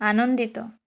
ଆନନ୍ଦିତ